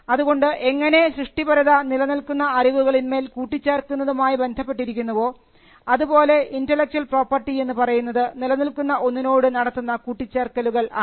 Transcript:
അതുകൊണ്ട് എങ്ങനെ സൃഷ്ടിപരത നിലനിൽക്കുന്ന അറിവുകളിന്മേൽ കൂട്ടിച്ചേർക്കുന്നതുമായി ബന്ധപ്പെട്ടിരിക്കുന്നുവോ അതുപോലെ ഇന്റെലക്ച്വൽ പ്രോപ്പർട്ടി എന്നു പറയുന്നത് നിലനിൽക്കുന്ന ഒന്നിനോട് നടത്തുന്ന കൂട്ടിച്ചേർക്കലുകൾ ആണ്